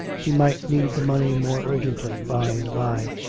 he might need the money more urgently by and by.